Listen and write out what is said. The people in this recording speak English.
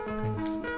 thanks